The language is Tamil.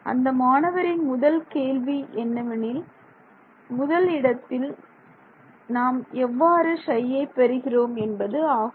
அந்த மாணவரின் கேள்வி என்னவெனில் முதல் இடத்தில் நாம் எவ்வாறு Ψயை பெறுகிறோம் என்பது ஆகும்